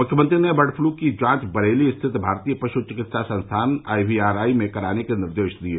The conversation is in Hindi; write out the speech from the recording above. मुख्यमंत्री ने बर्ड पलू की जांच बरेली स्थित भारतीय पशु चिकित्सा संस्थान आई वी आर आई में कराने के निर्देश दिये